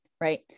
right